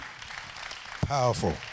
Powerful